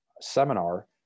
seminar